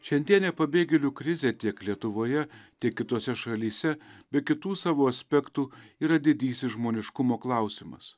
šiandienė pabėgėlių krizė tiek lietuvoje tiek kitose šalyse be kitų savo aspektų yra didysis žmoniškumo klausimas